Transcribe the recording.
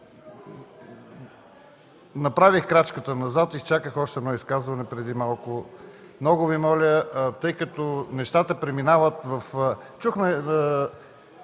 направих крачка назад, изчаках още едно изказване преди малко – много Ви моля, тъй като нещата преминават...